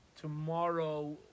tomorrow